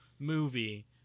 Movie